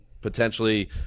potentially